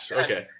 okay